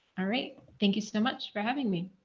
all right, thank you so much for having me.